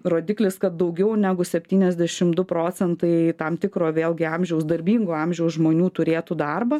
rodiklis kad daugiau negu septyniasdešim su procentai tam tikro vėlgi amžiaus darbingo amžiaus žmonių turėtų darbą